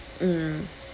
mm